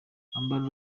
amber